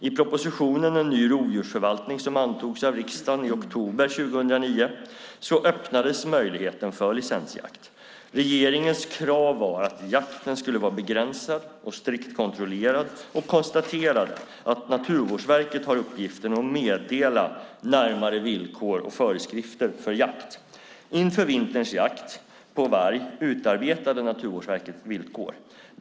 I propositionen En ny rovdjursförvaltning som antogs av riksdagen i oktober 2009 öppnades möjligheten för licensjakt. Regeringens krav var att jakten skulle vara begränsad och strikt kontrollerad och konstaterade att Naturvårdsverket har uppgiften att meddela närmare villkor och föreskrifter för jakt. Inför vinterns jakt på varg utarbetade Naturvårdsverket villkor.